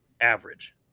average